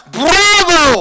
bravo